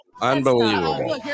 Unbelievable